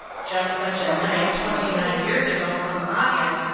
just such a night, twenty-nine years ago come august,